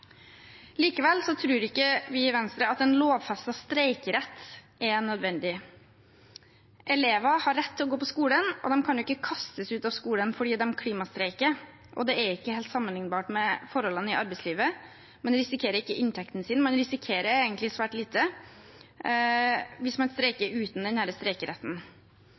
Likevel tror ikke vi i Venstre at en lovfestet streikerett er nødvendig. Elever har rett til å gå på skolen, og de kan ikke kastes ut av skolen fordi de klimastreiker. Det er ikke helt sammenlignbart med forholdene i arbeidslivet. Man risikerer ikke inntekten sin, man risikerer egentlig svært lite hvis man streiker uten denne streikeretten. For videregående mener jeg vi bør se på fraværsgrensen når den